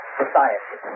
society